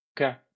Okay